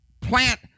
plant